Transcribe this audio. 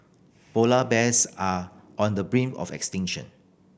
polar bears are on the brink of extinction